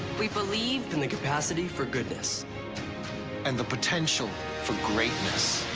we believe in the capacity for goodness and the potential for greatness